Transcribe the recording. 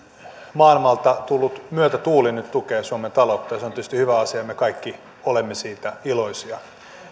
maailmalta tullut myötätuuli nyt tukee suomen taloutta ja se on tietysti hyvä asia ja me kaikki olemme siitä iloisia